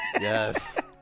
Yes